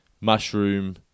mushroom